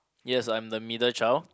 yes I'm the middle child